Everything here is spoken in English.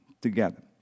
together